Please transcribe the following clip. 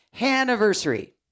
anniversary